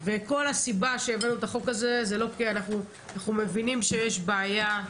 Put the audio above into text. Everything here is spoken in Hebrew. וכל הסיבה שבגללה הבאנו את החוק הזה היא כי אנחנו מבינים שיש בעיה,